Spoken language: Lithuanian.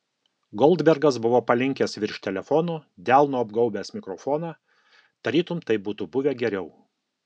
goldbergas buvo palinkęs virš telefono delnu apgaubęs mikrofoną tarytum taip būtų buvę geriau